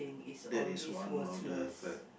that is one of the